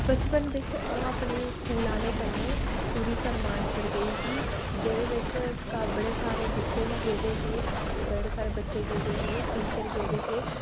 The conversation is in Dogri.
बचपन बिच् आउं अपने स्कूल आहलें कन्नै सरूईंसर मानसर गेई ही जेह्दे बिच बड़े सारे बच्चे बी गेदे हे अस बड़े सारे बच्चे गेदे हे टीचर गेदे हे